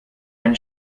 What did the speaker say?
eine